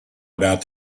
about